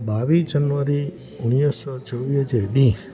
ॿावीह जनवरी उणिवीह सौ चोवीह जे ॾींहुं